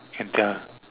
can tell